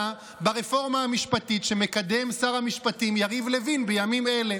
ברפורמה המשפטית שמקדם שר המשפטים יריב לוין בימים אלה.